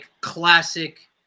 classic